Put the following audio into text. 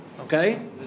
Okay